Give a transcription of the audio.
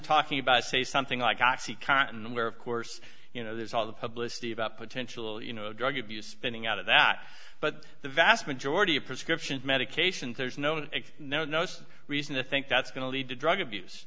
talking about say something like oxycontin where of course you know there's all the publicity about potential you know drug abuse spinning out of that but the vast majority of prescription medications there's no no no no it's reason to think that's going to lead to drug abuse